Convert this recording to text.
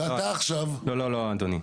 לא, אדוני.